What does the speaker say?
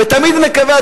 תמיד נקווה,